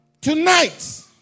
tonight